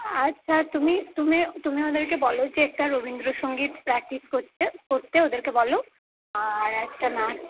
আচ্ছা তুমি তুমি তুমি ওদেরকে বলো যে একটা রবীন্দ্রসংগীত প্র্যাক্টিস করতে করতে ওদেরকে বলো আর একটা নাচ